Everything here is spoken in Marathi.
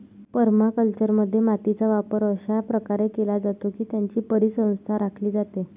परमाकल्चरमध्ये, मातीचा वापर अशा प्रकारे केला जातो की त्याची परिसंस्था राखली जाते